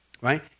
Right